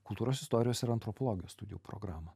kultūros istorijos ir antropologijos studijų programą